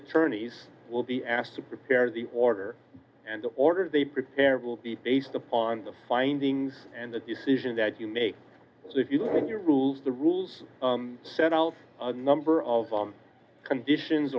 attorneys will be asked to prepare the order and order they prepare will be based upon the findings and the decision that you make if you think your rules the rules set out number of conditions